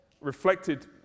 reflected